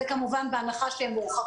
זה בהנחה שהם מורחקים.